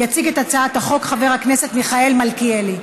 יציג את הצעת החוק חבר הכנסת מיכאל מלכיאלי.